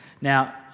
Now